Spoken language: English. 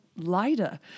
lighter